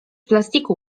plastiku